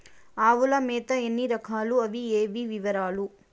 ఆవుల మేత ఎన్ని రకాలు? అవి ఏవి? వివరాలు?